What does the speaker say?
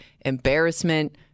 embarrassment